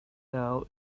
now